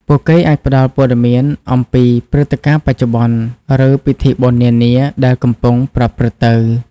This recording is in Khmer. ពួកគេអាចផ្តល់ព័ត៌មានអំពី ព្រឹត្តិការណ៍បច្ចុប្បន្ន ឬពិធីបុណ្យនានាដែលកំពុងប្រព្រឹត្តទៅ។